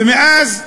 ומאז,